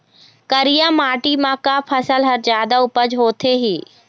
करिया माटी म का फसल हर जादा उपज होथे ही?